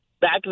back